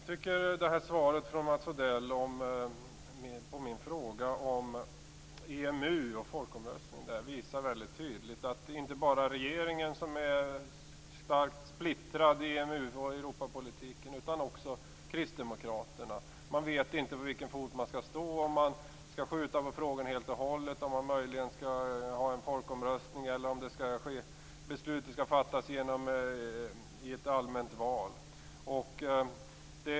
Herr talman! Svaret från Mats Odell på min fråga om EMU och folkomröstning visar tydligt att det inte bara är regeringen som är starkt splittrad i EMU och Europapolitiken utan också Kristdemokraterna. Man vet inte på vilken fot man skall stå, om man skall skjuta på frågan helt, om man möjligen skall ha en folkomröstning eller om beslutet skall fattas i ett allmänt val.